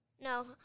No